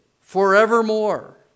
forevermore